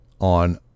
on